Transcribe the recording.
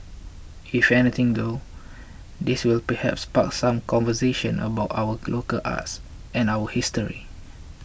if anything though this will perhaps spark some conversations about our local arts and our history